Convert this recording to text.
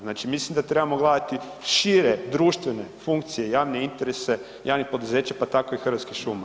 Znači, mislim da trebamo gledati šire društvene funkcije, javne interese javnih poduzeća pa tako i Hrvatskih šuma.